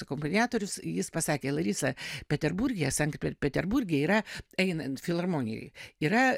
akompaniatorius jis pasakė larisa peterburge sankt peterburge yra einant filharmonijoj yra